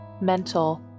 mental